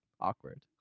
awkward